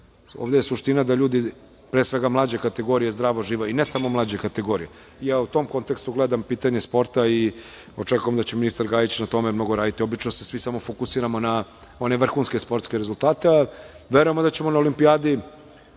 ovde je suština da ljudi, pre svega mlađe kategorije zdravo žive i ne samo mlađe kategorije, u tom kontekstu gledam pitanje sporta i očekujem da će ministar Gajić na tome mnogo raditi. Obično se svi samo fokusiramo na one vrhunske sportske rezultate, a verujem da ćemo na Olimpijadi